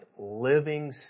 living